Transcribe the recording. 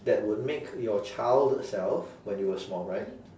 that would make your child self when you were small right